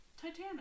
Titanic